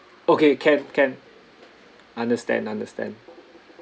okay can can understand understand